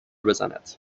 بزند